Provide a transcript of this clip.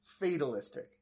fatalistic